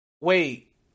Wait